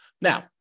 Now